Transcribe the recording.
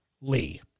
Lee